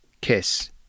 kiss